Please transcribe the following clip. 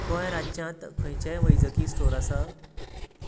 गोंय राज्यांत खंयचेंय वैजकी स्टोर आसा